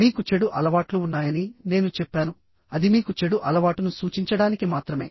మీకు చెడు అలవాట్లు ఉన్నాయని నేను చెప్పానుఅది మీకు చెడు అలవాటును సూచించడానికి మాత్రమే